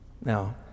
Now